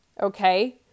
Okay